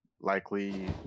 likely